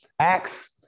Acts